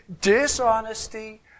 Dishonesty